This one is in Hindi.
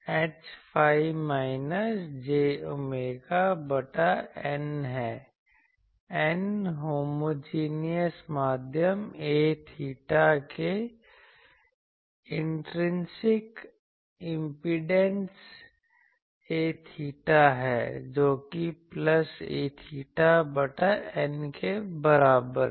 Hϕ माइनस j ओमेगा बटा η है η होमोजीनियस माध्यम A𝚹 के इन्ट्रिंसिक इम्पीडेन्स A𝚹 है जोकि प्लस E𝚹 बटा η के बराबर है